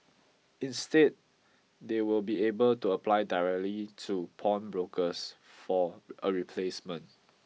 instead they will be able to apply directly to pawnbrokers for a replacement